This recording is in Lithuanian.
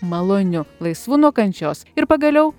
maloniu laisvu nuo kančios ir pagaliau